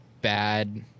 bad